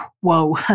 whoa